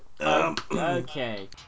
Okay